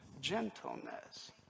gentleness